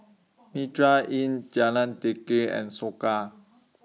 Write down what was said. Mitraa Inn Jalan Teliti and Soka